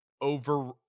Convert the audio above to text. over